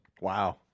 Wow